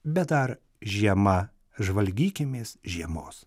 bet dar žiema žvalgykimės žiemos